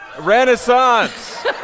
Renaissance